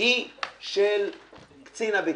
היא של קצין הבטיחות.